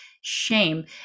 shame